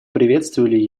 приветствовали